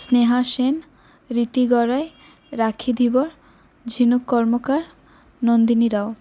Sneha Sen Riti Garai Rakhi Dhibar Jhinuk Karmakar Nandini Rao